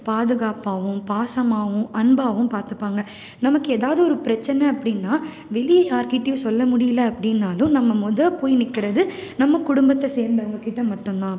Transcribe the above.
பாதுகாப்பாகவும் பாசமாகவும் அன்பாகவும் பார்த்துப்பாங்க நமக்கு எதாவது ஒரு பிரச்சனை அப்படின்னா வெளியே யார்க்கிட்டையும் சொல்ல முடியல அப்படின்னாலும் நம்ம மொதல் போய் நிற்கிறது நம்ம குடும்பத்தை சேர்ந்தவங்கக்கிட்ட மட்டுந்தான்